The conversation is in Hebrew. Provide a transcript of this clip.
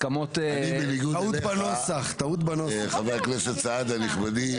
אני בניגוד אליך חבר הכנסת סעדה נכבדי,